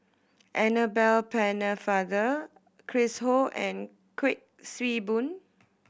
Annabel Pennefather Chris Ho and Kuik Swee Boon